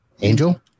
Angel